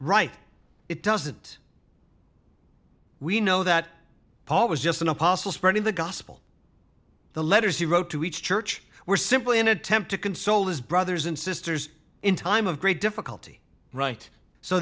right it doesn't we know that paul was just an apostle spreading the gospel the letters he wrote to each church were simply an attempt to console his brothers and sisters in time of great difficulty right so